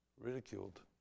ridiculed